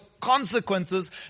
consequences